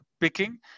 picking